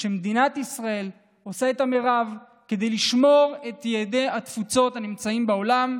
שמדינת ישראל עושה את המרב לשמור את יהודי התפוצות הנמצאים בעולם,